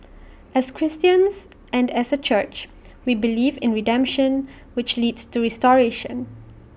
as Christians and as A church we believe in redemption which leads to restoration